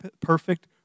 perfect